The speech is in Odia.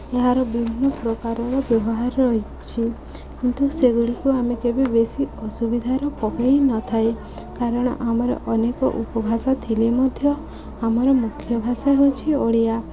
ଏହାର ବିଭିନ୍ନପ୍ରକାରର ବ୍ୟବହାର ରହିଛି କିନ୍ତୁ ସେଗୁଡ଼ିକୁ ଆମେ କେବେ ବେଶୀ ଅସୁବିଧାରେ ପକାଇ ନଥାଏ କାରଣ ଆମର ଅନେକ ଉପଭାଷା ଥିଲେ ମଧ୍ୟ ଆମର ମୁଖ୍ୟ ଭାଷା ହେଉଛିି ଓଡ଼ିଆ